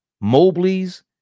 Mobley's